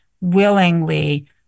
willingly